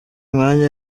umwanya